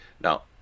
Now